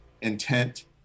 intent